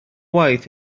waith